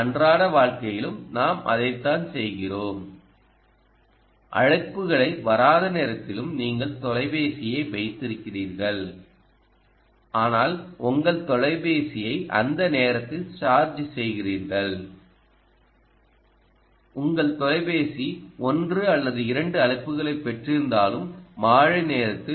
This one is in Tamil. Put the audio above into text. நம் அன்றாட வாழ்க்கையிலும் நாம் அதைத்தான் செய்கிறோம் அழைப்புகளைப் வராத நேரத்திலும் நீங்கள் தொலைபேசியை வைத்திருக்கிறீர்கள் ஆனால் உங்கள் தொலைபேசியை அந்த நேரத்தில் சார்ஜ் செய்கிறீர்கள் உங்கள் தொலைபேசி ஒன்று அல்லது 2 அழைப்புகளைப் பெற்றிருந்தாலும் மாலை நேரத்தில்